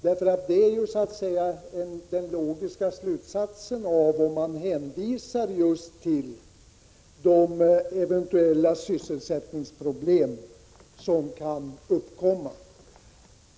Detta blir ju så att säga den logiska slutsatsen om man hänvisar till just de eventuella sysselsättningsproblem som kan uppkomma.